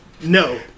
No